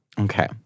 Okay